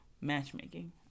matchmaking